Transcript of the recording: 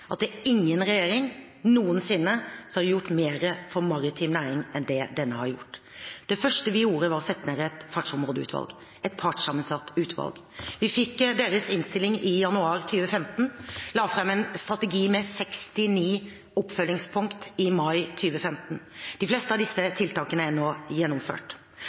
at det er ingen regjering noensinne som har gjort mer for maritim næring enn det denne har gjort. Det første vi gjorde, var å sette ned et fartsområdeutvalg, et partssammensatt utvalg. Vi fikk deres innstilling i januar 2015 og la fram en strategi med 69 oppfølgingspunkt i mai 2015. De fleste av disse tiltakene er nå gjennomført.